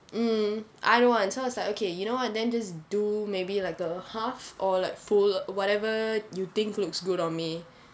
mm I don't want so I was like okay you know what then just do maybe like a half or like full whatever you think looks good on me